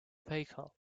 vehicle